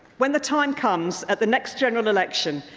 when the time comes at the next general election,